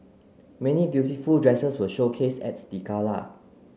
many beautiful dresses were showcased at the gala